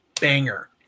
banger